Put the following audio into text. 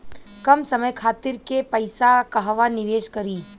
कम समय खातिर के पैसा कहवा निवेश करि?